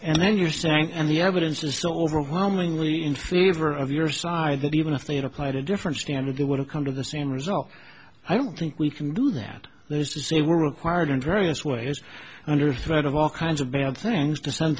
and then you're saying and the evidence is so overwhelmingly in favor of your side that even if they had applied a different standard they would have come to the same result i don't think we can do that used to say we're required in various ways under threat of all kinds of bad things to s